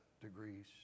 degrees